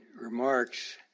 remarks